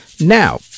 Now